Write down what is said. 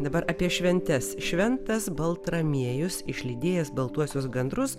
dabar apie šventes šventas baltramiejus išlydėjęs baltuosius gandrus